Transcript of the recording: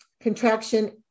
contraction